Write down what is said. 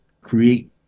create